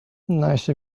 nice